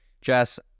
Jess